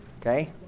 Okay